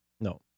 No